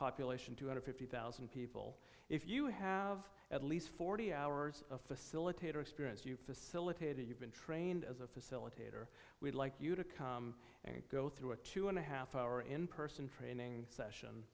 population two hundred and fifty thousand people if you have at least forty hours a facilitator experience you facilitate it you've been trained as a facilitator we'd like you to come and go through a two and a half hour in person training session